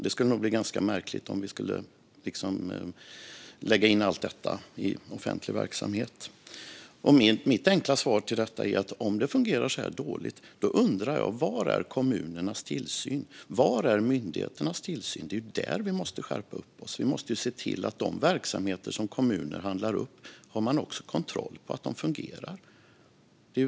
Det skulle nog bli ganska märkligt om vi skulle lägga in allt detta i offentlig verksamhet. Mitt enkla svar på detta är att om det fungerar så här dåligt undrar jag var kommunernas och myndigheternas tillsyn är. Det är ju där vi måste skärpa oss. Vi måste se till att de verksamheter som kommuner handlar upp har man också kontroll på att de fungerar.